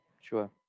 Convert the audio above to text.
sure